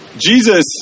Jesus